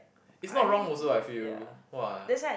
it's not wrong also I feel !wah!